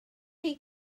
chi